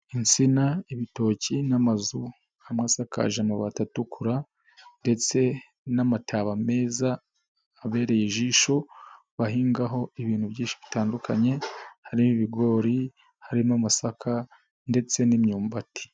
Insina, ibitoki n'amazu amwe amasakaje amabati atukura ndetse n'amataba meza abereye ijisho bahingaho ibintu byinshi bitandukanye: hari ibigori, harimo amasaka ndetse n'imyumbati.